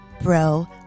bro